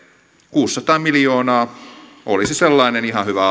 kuusisataa miljoonaa olisi sellainen ihan hyvä